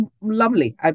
lovely